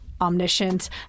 omniscient